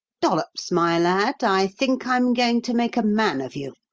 dollops, my lad, i think i'm going to make a man of you,